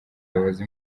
bibabaza